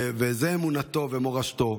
זו אמונתו ומורשתו.